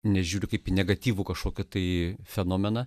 nežiūri kaip į negatyvų kažkokį tai fenomeną